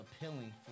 appealing